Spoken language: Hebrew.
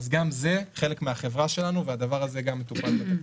גם זה חלק מהחברה שלנו והדבר הזה גם מטופל בתקציב.